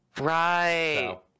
Right